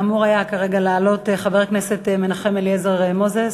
אמור היה כרגע לעלות חבר הכנסת מנחם אליעזר מוזס,